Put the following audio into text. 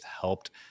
helped